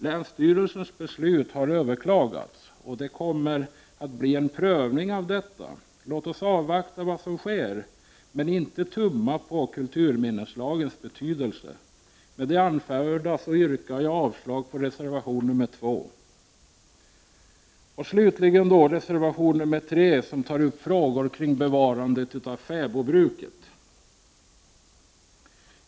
Länsstyrelsens beslut har överklagats, och det kommer att bli en prövning av detta. Låt oss avvakta vad som nu sker men inte tumma på kulturminneslagen. Med det anförda yrkar jag avslag på reservation 2. Slutligen reservation 3 som tar upp frågor kring bevarande av fäbodbruket.